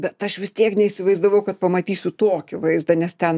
bet aš vis tiek neįsivaizdavau kad pamatysiu tokį vaizdą nes ten